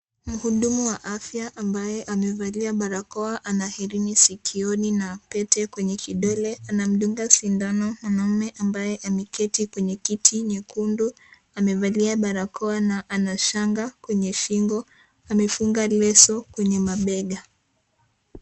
Mhudumu wa afya, ambaye amevalia barakoa, ana hereni sikioni na pete kwenye kidole. Anamdunga sindano mwanaume ambaye ameketi kwenye kiti nyekundu. Amevalia barakoa na ana shanga kwenye shingo. Amefuga leso kwenye mabega.